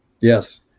Yes